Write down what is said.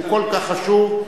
שהוא כל כך חשוב.